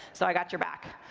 so i got your back.